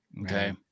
Okay